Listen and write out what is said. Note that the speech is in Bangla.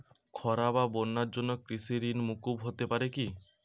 খরা বা বন্যার জন্য কৃষিঋণ মূকুপ হতে পারে কি?